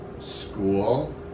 school